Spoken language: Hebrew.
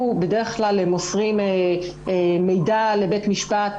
אנחנו בדרך כלל מוסרים מידע לבית המשפט,